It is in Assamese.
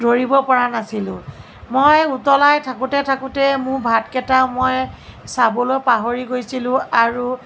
ধৰিব পৰা নাছিলোঁ মই উতলাই থাকোঁতে থাকোঁতে মোৰ ভাত কেইটা মই চাবলৈ পাহৰি গৈছিলোঁ আৰু